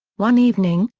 one evening,